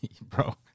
Bro